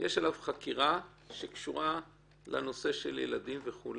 יש עליו חקירה שקשורה לנושא של ילדים וכו'.